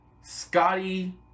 Scotty